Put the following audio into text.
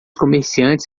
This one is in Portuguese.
comerciantes